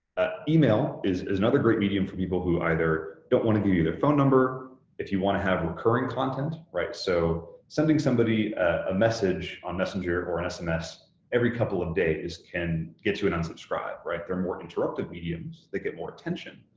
ah email is another another great medium for people who either don't want to give you their phone number if you want to have recurring content, right? so sending somebody a message on messenger or an sms every couple of days can get you an unsubscribe, right? they're more interruptive mediums, they get more attention,